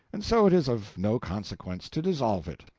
and so it is of no consequence to dissolve it.